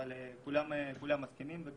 אבל כולם מסכימים שיש לעשות זאת,